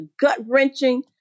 gut-wrenching